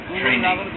training